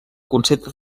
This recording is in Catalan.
concepte